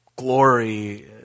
Glory